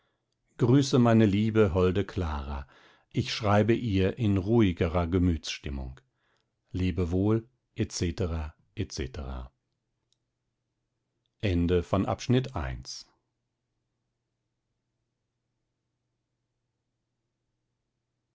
grüße meine liebe holde clara ich schreibe ihr in ruhigerer gemütsstimmung lebe wohl etc